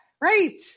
Right